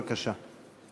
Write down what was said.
בבקשה.